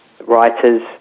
writers